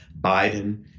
Biden